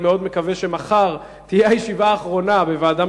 אני מקווה מאוד שמחר תהיה הישיבה האחרונה בוועדה